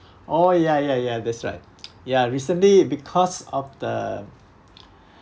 oh ya ya ya that's right ya recently because of the